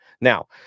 Now